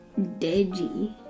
Deji